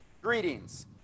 Greetings